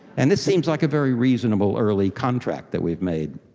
and this seems like a very reasonable early contract that we've made.